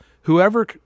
whoever